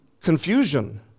confusion